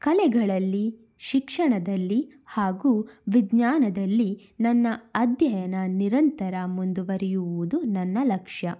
ಕಲೆಗಳಲ್ಲಿ ಶಿಕ್ಷಣದಲ್ಲಿ ಹಾಗೂ ವಿಜ್ಞಾನದಲ್ಲಿ ನನ್ನ ಅಧ್ಯಯನ ನಿರಂತರ ಮುಂದುವರೆಯುವುದು ನನ್ನ ಲಕ್ಷ್ಯ